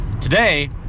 Today